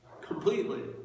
Completely